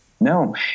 No